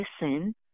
listen